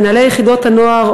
מנהלי יחידות הנוער,